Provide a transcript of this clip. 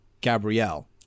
Gabrielle